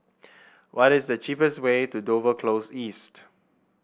what is the cheapest way to Dover Close East